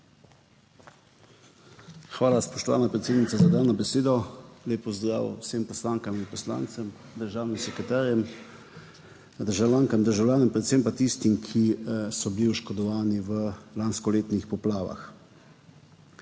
Hvala spoštovana predsednica za dano besedo, lep pozdrav vsem poslankam in poslancem, državnim sekretarjem, državljankam in državljanom, predvsem pa tistim, ki so bili oškodovani v lanskoletnih poplavah.